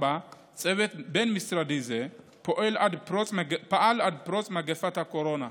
צוות בין-משרדי זה פעל עד פרוץ מגפת הקורונה.